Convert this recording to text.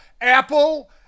Apple